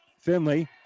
Finley